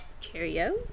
Cheerio